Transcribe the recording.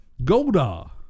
Goldar